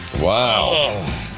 Wow